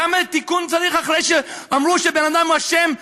כמה תיקון צריך אחרי שאמרו שבן אדם אשם,